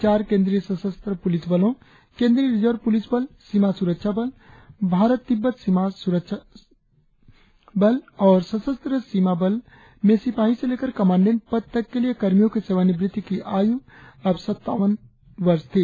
चार केंद्रीय सशस्त्र पुलिस बलों केंद्रीय रिजर्व पुलिस बल सीमा सुरक्षा बल भारत तिब्बत सीमा सुरक्षा बल और सशस्त्र सीमा बल में सिपाही से लेकर कमांडेंट पद तक के कर्मियों की सेवानिवृत्ति की आयु अब तक सत्तावन वर्ष थी